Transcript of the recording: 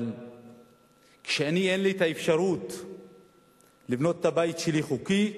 אבל כשלי אין האפשרות לבנות את הבית שלי חוקי,